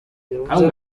yavuze